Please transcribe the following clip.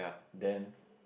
then